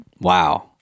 Wow